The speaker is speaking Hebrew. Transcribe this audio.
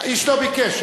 איש לא ביקש.